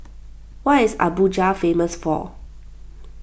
what is Abuja famous for